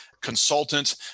consultant